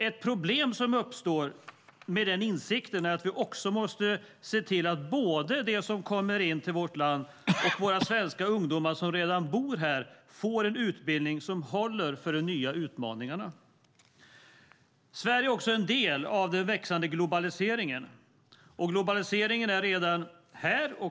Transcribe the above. Ett problem som uppstår med denna insikt är att vi också måste se till att både de som kommer in till vårt land och våra svenska ungdomar som redan bor här får en utbildning som håller för de nya utmaningarna. Sverige är en del av den växande globaliseringen. Globaliseringen är redan här.